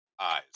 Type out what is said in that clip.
eyes